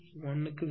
661 க்கு சமம்